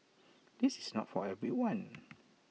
this is not for everyone